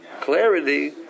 clarity